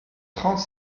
trente